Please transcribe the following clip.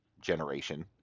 generation